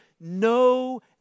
no